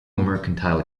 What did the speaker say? mercantile